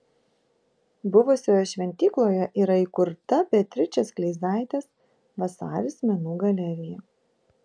buvusioje šventykloje yra įkurta beatričės kleizaitės vasaris menų galerija